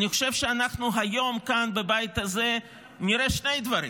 אני חושב שאנחנו היום כאן בבית הזה נראה שני דברים.